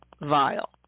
vile